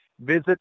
Visit